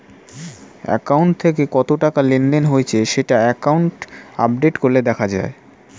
account থেকে কত টাকা লেনদেন হয়েছে সেটা অ্যাকাউন্ট আপডেট করলে দেখা যায়